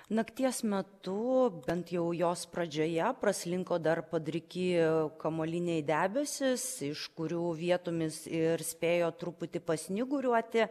nakties metu bent jau jos pradžioje praslinko dar padriki kamuoliniai debesys iš kurių vietomis ir spėjo truputį pasnyguriuoti